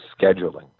scheduling